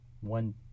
One